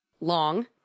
long